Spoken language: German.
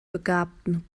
begabten